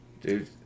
Dude